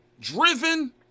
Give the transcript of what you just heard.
Driven